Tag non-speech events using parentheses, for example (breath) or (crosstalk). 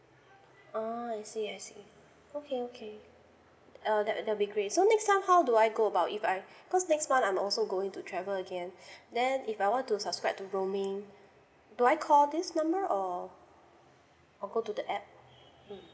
ah I see I see okay okay uh that will that'll be great so next time how do I go about if I because next month I'm also going to travel again (breath) then if I want to subscribe to roaming do I call this number or or go to the app mm